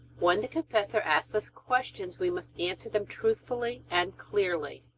when the confessor asks us questions we must answer them truthfully and clearly.